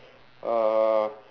uh